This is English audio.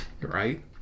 Right